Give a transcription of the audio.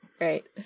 Right